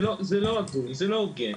זה לא הוגן.